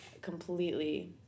completely